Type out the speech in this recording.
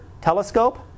telescope